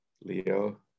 Leo